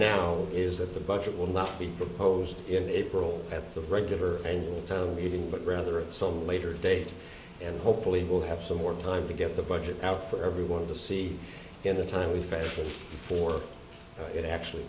now is that the budget will not be proposed in april at the regular angel town meeting but rather at some later date and hopefully we'll have some more time to get the budget out for everyone to see in a timely fashion for it actually